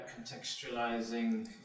contextualizing